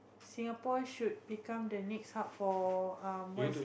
Singapore should become the next hub for um what is that